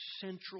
central